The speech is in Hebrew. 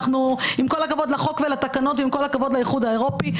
אנחנו עם כל הכבוד לחוק ולתקנות ועם כל הכבוד לאיחוד האירופי,